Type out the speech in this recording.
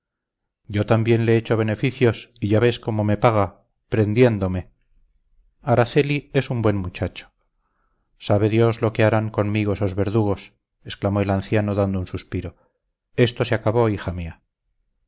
yo también le he hecho beneficios y ya ves cómo me paga prendiéndome araceli es un buen muchacho sabe dios lo que harán conmigo esos verdugos exclamó el anciano dando un suspiro esto se acabó hija mía